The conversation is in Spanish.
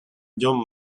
john